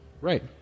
right